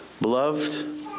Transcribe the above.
Beloved